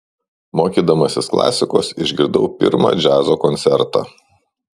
mokydamasis klasikos išgirdau pirmą džiazo koncertą